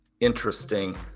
interesting